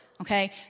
okay